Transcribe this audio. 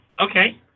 Okay